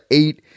eight